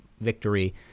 victory